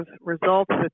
results